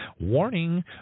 warning